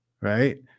Right